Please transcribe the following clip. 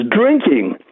drinking